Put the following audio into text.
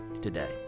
today